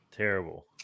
terrible